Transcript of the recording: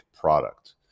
product